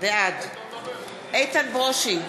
בעד איתן ברושי,